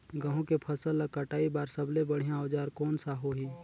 गहूं के फसल ला कटाई बार सबले बढ़िया औजार कोन सा होही?